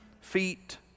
feet